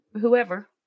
whoever